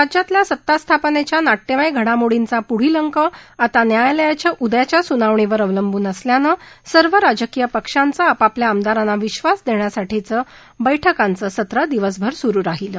राज्यातल्या सत्तास्थापनेच्या नाविय घडामोडींचा पुढला अंक आता न्यायालयाच्या उद्याच्या सुनावणीवर अवलंब्रून असल्यानं सर्व राजकिय पक्षांचं आपापल्या आमदारांना विश्वास देण्यासाठी बैठकांचं सत्र दिवसभर सुरु राहीलं